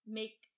make